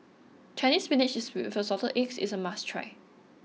Chinese Spinach with Assorted Eggs is a must try